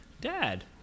Dad